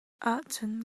ahcun